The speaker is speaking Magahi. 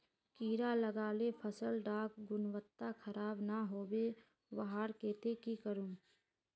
कीड़ा लगाले फसल डार गुणवत्ता खराब ना होबे वहार केते की करूम?